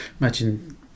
Imagine